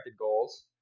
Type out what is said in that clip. goals